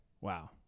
wow